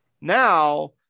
now